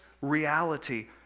reality